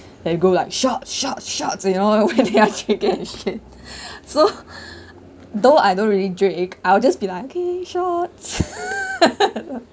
they go like shots shots shots you know when they ask this kind of shit so though I don't really drink I'll just be like okay shots